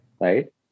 Right